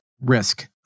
risk